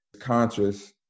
conscious